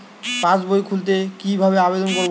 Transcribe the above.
পাসবই খুলতে কি ভাবে আবেদন করব?